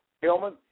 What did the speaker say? Hillman